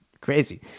Crazy